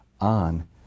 on